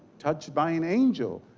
touched by an angel.